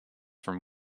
from